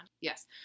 Yes